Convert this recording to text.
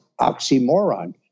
oxymoron